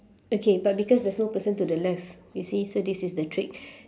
okay but because there's no person to the left you see so this is the trick